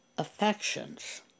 affections